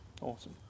Awesome